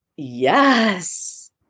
Yes